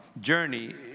journey